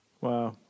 Wow